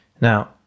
Now